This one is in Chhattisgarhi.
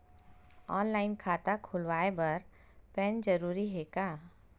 ऑनलाइन खाता खुलवाय बर पैन जरूरी हे का?